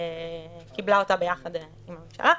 קיבלה אותה יחד עם הממשלה,